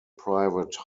private